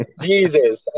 jesus